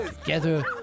Together